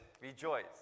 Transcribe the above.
rejoice